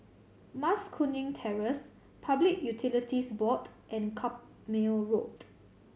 Mas Kuning Terrace Public Utilities Board and Carpmael Road